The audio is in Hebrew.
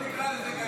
בוא נקרא לזה גליל.